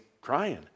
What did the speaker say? crying